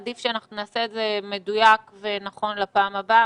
עדיף שנעשה את זה מדויק ונכון לפעם הבאה,